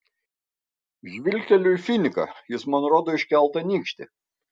žvilgteliu į finiką jis man rodo iškeltą nykštį